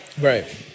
Right